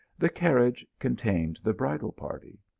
the carriage contained the bridal party.